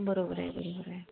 बरोबर आहे बरोबर आहे